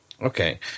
Okay